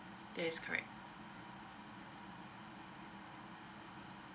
that's correct